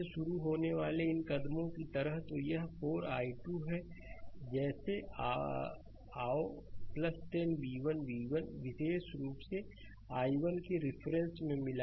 slide समय देखें 0933 यदि यहां से शुरू होने वाले इन कदमों की तरह है तो यह 4 i2 है इन जैसे आओ 10 v1 v1 विशेष रूप से i1 के रिफरेंस में मिला